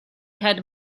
had